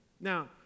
Now